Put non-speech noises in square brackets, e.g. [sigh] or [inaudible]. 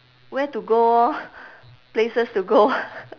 where to go orh places to go [laughs]